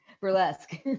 burlesque